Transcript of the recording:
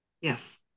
Yes